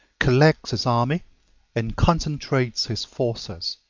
collects his army and concentrates his forces